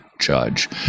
judge